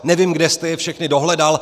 Nevím, kde jste je všechny dohledal.